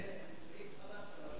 סעיף חדש.